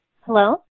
Hello